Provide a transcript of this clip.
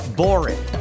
boring